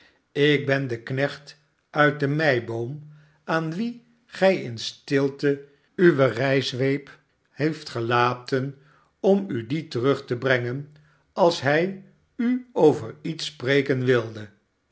ik ben de knecht uit de meiboom aan wien gij in stilte uwe rijzweep hebt gelaten om u die terug te brengen als hij u over iets spreken wilde